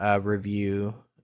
review